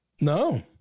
No